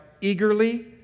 eagerly